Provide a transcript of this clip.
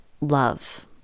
love